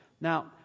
Now